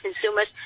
consumers